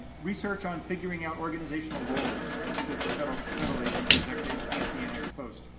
research on figuring out organizational roles, particularly for federal federal agencies, ex-ante and and ex-post.